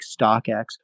StockX